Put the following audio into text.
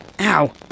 Ow